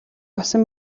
болсон